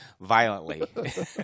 violently